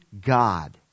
God